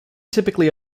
typically